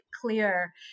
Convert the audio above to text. clear